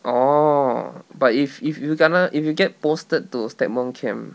orh but if if you kena if you get posted to stagmont camp